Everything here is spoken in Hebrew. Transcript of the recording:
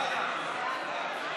ההצעה להעביר